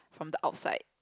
from the outside